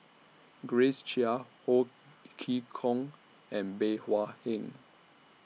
Grace Chia Ho Chee Kong and Bey Hua Heng